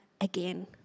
again